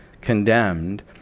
condemned